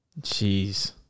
Jeez